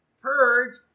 Purge